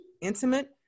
intimate